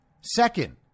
Second